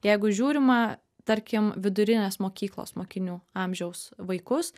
jeigu žiūrima tarkim vidurinės mokyklos mokinių amžiaus vaikus